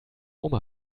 oma